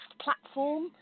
platform